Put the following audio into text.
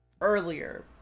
earlier